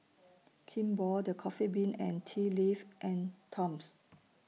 Kimball The Coffee Bean and Tea Leaf and Toms